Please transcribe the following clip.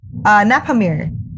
Napamir